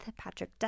Patrick